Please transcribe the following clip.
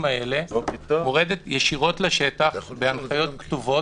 האלה מורדת ישירות לשטח בהנחיות כתובות.